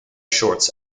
shorts